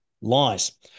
lies